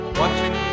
watching